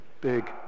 Big